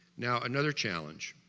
now another challenge